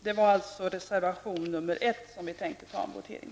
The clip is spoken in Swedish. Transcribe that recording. Det är alltså beträffande reservation 1 som vi tänker begära votering.